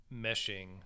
meshing